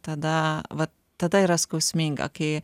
tada va tada yra skausminga kai